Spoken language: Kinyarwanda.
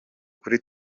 kuri